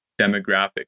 demographic